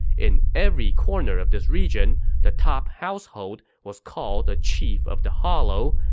in every corner of this region, the top household was called the chief of the hollow,